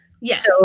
Yes